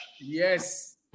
Yes